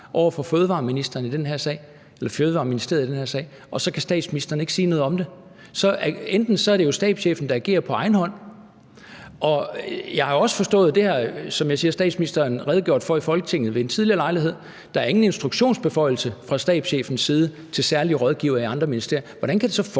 eller Fødevareministeriet i den her sag, og statsministeren ikke kan sige noget om det, så må det jo være stabschefen, der agerer på egen hånd. Jeg har også forstået – og det har statsministeren, som jeg siger, redegjort for i Folketinget ved en tidligere lejlighed – at der ikke er nogen instruktionsbeføjelse fra stabschefens side til særlige rådgivere i andre ministerier. Hvordan kan det så forekomme,